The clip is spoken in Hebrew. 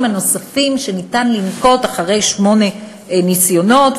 הנוספים שניתן לנקוט אחרי שמונה ניסיונות,